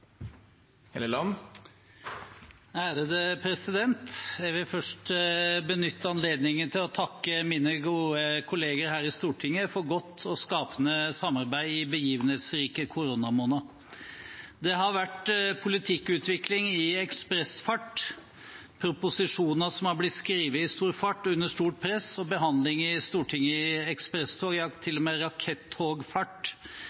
å takke mine gode kolleger her i Stortinget for godt og skapende samarbeid i begivenhetsrike koronamåneder. Det har vært politikkutvikling i ekspressfart: proposisjoner som har blitt skrevet i stor fart under stort press, og behandling i Stortinget i ekspresstogfart, ja til